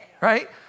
right